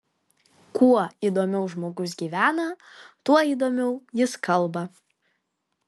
kuo įdomiau žmogus gyvena tuo įdomiau jis kalba